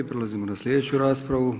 Prelazimo na slijedeću raspravu.